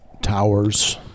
towers